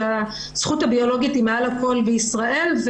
הזכות הביולוגית היא מעל הכול בישראל.